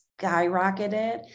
skyrocketed